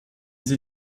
sie